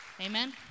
amen